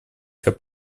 как